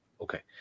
Okay